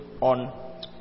on